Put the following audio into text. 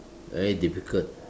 very difficult